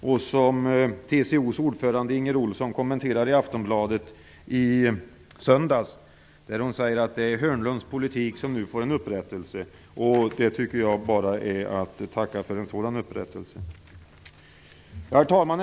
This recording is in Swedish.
TCO:s ordförande Inger Ohlsson kommenterade den i Aftonbladet i söndags och sade där att det är Hörnlunds politik som nu får upprättelse. Det är bara att tacka för en sådan upprättelse. Herr talman!